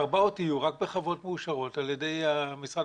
ההרבעות יהיו רק בחוות מאושרות על ידי משרד